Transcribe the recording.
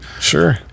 sure